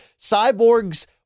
Cyborg's